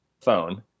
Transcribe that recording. phone